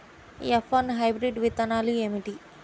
F one hybrid విత్తనాలు ఏమిటి?